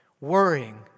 worrying